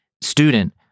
student